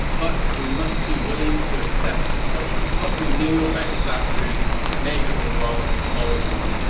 but we must be willing to accept that what we thought we knew about disasters may have been wrong all along.